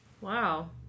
Wow